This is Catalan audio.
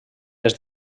des